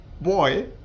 boy